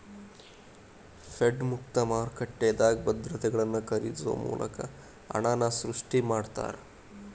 Fed ಮುಕ್ತ ಮಾರುಕಟ್ಟೆದಾಗ ಭದ್ರತೆಗಳನ್ನ ಖರೇದಿಸೊ ಮೂಲಕ ಹಣನ ಸೃಷ್ಟಿ ಮಾಡ್ತಾರಾ